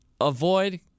avoid